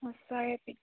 সঁচায়ে পিক